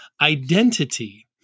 identity